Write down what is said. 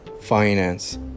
finance